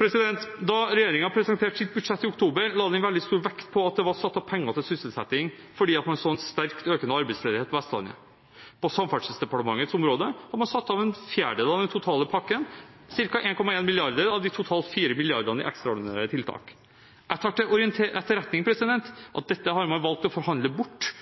Da regjeringen presenterte sitt budsjett i oktober, la den veldig stor vekt på at det var satt av penger til sysselsetting, fordi man så en sterkt økende arbeidsledighet på Vestlandet. På Samferdselsdepartementets område hadde man satt av en fjerdedel av den totale pakken, ca. 1,1 mrd. kr av de totalt 4 mrd. kr i ekstraordinære tiltak. Jeg tar til etterretning at dette har man valgt å forhandle bort